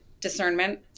discernment